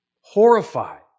Horrified